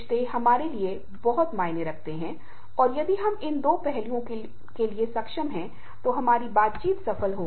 और वह हस्तक्षेप बिंदु है जो आपको खुश करेगा